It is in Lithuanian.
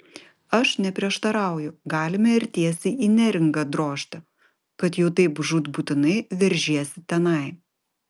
aš neprieštarauju galime ir tiesiai į neringą drožti kad jau taip žūtbūtinai veržiesi tenai